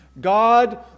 God